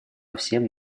всем